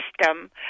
system